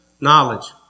Knowledge